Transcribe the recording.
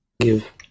give